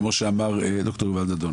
כמו שאמר ד"ר יובל דאדון,